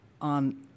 on